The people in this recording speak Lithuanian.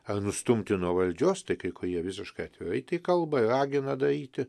ar nustumti nuo valdžios tai kai kurie visiškai atvirai tai kalba ir ragina daryti